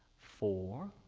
four,